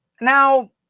Now